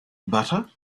butter